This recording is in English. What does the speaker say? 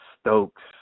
Stokes